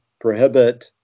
prohibit